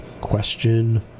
question